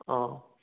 ꯑꯥ